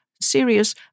serious